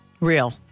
Real